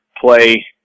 play